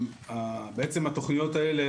בעצם התכניות האלה,